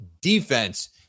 defense